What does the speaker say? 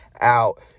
out